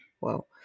Wow